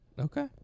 Okay